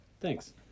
thanks